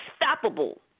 unstoppable